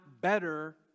better